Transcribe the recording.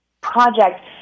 project